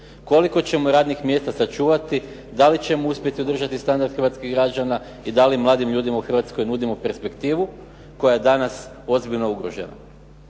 Koliko ćemo radnih mjesta sačuvati, da li ćemo uspjeti održati standard hrvatskih građana i da li mladim ljudima u Hrvatskoj nudimo perspektivu koja je danas ozbiljno ugrožena.